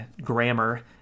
grammar